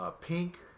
pink